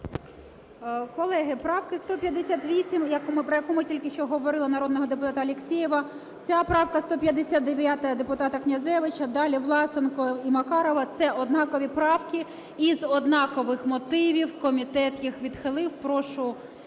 Колеги, правка 158, про яку ми тільки що говорили, народного депутата Алєксєєва, ця правка 159 депутата Князевича, далі Власенка і Макарова – це однакові правки із однакових мотивів. Комітет їх відхилив.